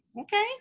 okay